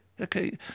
okay